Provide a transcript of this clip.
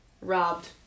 Robbed